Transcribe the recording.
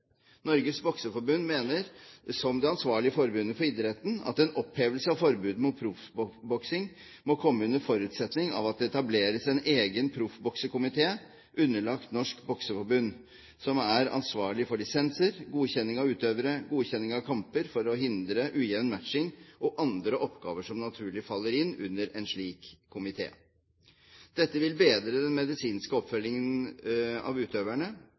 Norges Bokseforbund mener, som det ansvarlige forbundet for idretten, at en opphevelse av forbudet mot proffboksing må komme under forutsetning av at det etableres en egen proffboksekomité underlagt Norges Bokseforbund, som er ansvarlig for lisenser, godkjenning av utøvere, godkjenning av kamper for å hindre ujevn matching og andre oppgaver som naturlig faller inn under en slik komité. Dette vil bedre den medisinske oppfølgingen av utøverne,